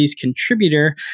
contributor